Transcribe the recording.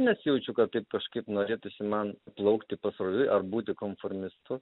nesijaučiu kad taip kažkaip norėtųsi man plaukti pasroviui ar būti konformistu